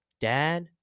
dad